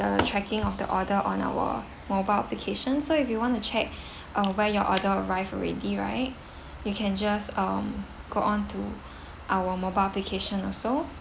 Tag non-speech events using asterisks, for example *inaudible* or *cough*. the tracking of the order on our mobile application so if you want to check *breath* uh where your order arrive already right *breath* you can just um go on to *breath* our mobile application also